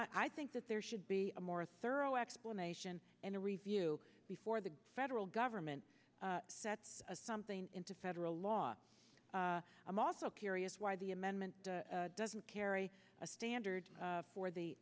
and i think that there should be a more thorough explanation and a review before the federal government sets a something in to federal law i'm also curious why the amendment doesn't carry a standard for the